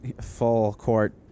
full-court